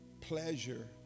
pleasure